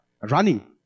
running